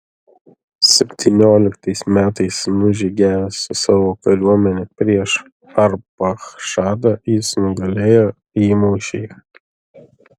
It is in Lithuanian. septynioliktais metais nužygiavęs su savo kariuomene prieš arpachšadą jis nugalėjo jį mūšyje